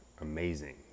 amazing